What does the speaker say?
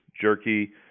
jerky